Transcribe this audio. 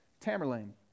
Tamerlane